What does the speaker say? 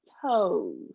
toes